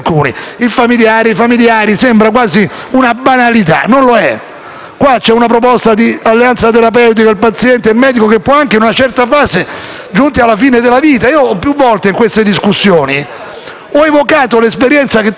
Qua c'è una proposta di alleanza terapeutica tra il paziente e il medico in una certa fase, giunti alla fine della vita. Più volte, in queste discussioni, ho evocato un'esperienza che tanti di noi hanno avuto. A me è capitato di assistere persone; poi arriva un momento in cui